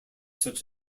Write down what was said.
such